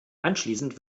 anschließend